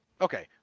Okay